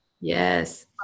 Yes